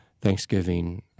thanksgiving